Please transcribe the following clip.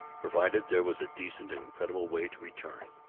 provided there was a decent and creditable way to return.